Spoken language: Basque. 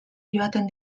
joaten